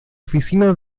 oficina